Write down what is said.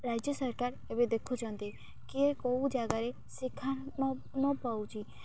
ରାଜ୍ୟ ସରକାର ଏବେ ଦେଖୁଛନ୍ତି କିଏ କେଉଁ ଜାଗାରେ ଶିକ୍ଷା ନ ପାଉଛି